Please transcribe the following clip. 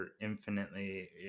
infinitely